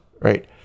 Right